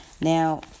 Now